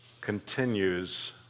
continues